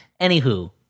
anywho